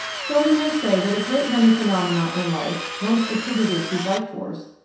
so we may say that a great many phenomena in life once attributed to life force,